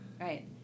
Right